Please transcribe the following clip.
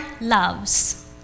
loves